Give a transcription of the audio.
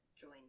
join